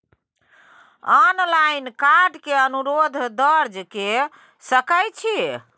Online card के अनुरोध दर्ज के सकै छियै?